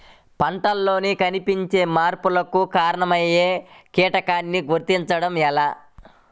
పంటలలో కనిపించే మార్పులకు కారణమయ్యే కీటకాన్ని గుర్తుంచటం ఎలా?